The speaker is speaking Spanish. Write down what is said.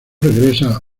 regresa